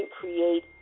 create